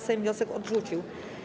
Sejm wniosek odrzucił.